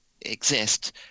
exist